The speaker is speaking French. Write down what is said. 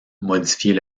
modifier